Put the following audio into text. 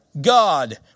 God